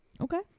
Okay